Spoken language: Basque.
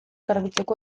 garbitzeko